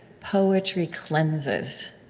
poetry cleanses.